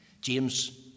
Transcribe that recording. James